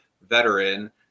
veteran